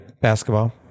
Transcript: basketball